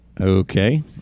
Okay